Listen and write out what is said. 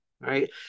right